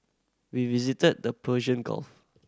we visited the Persian Gulf